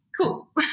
cool